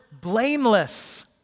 blameless